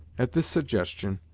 at this suggestion,